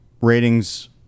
ratings